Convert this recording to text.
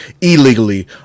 illegally